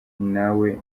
nawe